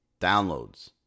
downloads